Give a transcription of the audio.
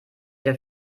der